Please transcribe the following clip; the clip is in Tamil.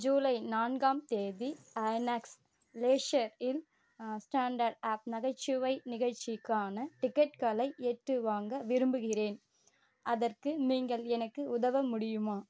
ஜூலை நான்காம் தேதி ஐநாக்ஸ் லெஷரில் ஸ்டாண்ட்அப் நகைச்சுவை நிகழ்ச்சிக்கான டிக்கெட்டுகளை கேட்டு வாங்க விரும்புகிறேன் அதற்கு நீங்கள் எனக்கு உதவ முடியுமா